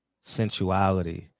sensuality